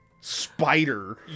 spider